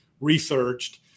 researched